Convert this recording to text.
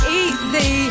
easy